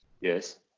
Yes